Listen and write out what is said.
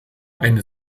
eine